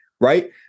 right